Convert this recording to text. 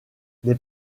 des